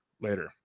later